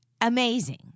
amazing